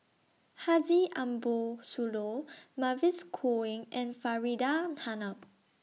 Haji Ambo Sooloh Mavis Khoo Oei and Faridah Hanum